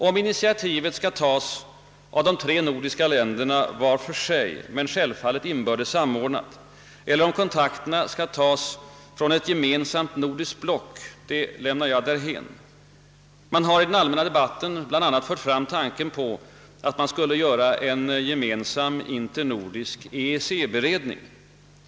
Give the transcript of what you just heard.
Om initiativet skall tas av de nordiska länderna var för sig — men självfallet inbördes samordnat — eller om kontakterna skall sökas av ett gemensamt nordiskt block lämnar jag därhän. Man har i den allmänna debatten bl.a. fört fram tanken på en särskild internordisk EEC beredning.